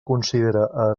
considera